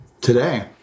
today